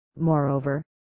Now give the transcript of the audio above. Moreover